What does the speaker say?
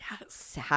Yes